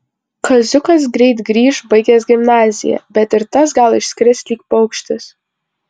kaziukas greit grįš baigęs gimnaziją bet ir tas gal išskris lyg paukštis